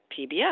PBS